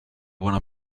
buona